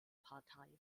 partei